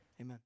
amen